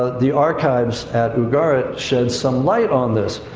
the archives ugarit shed some light on this.